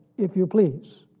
if you please.